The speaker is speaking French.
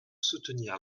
soutenir